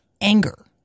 anger